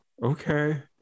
Okay